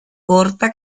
corta